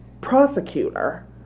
prosecutor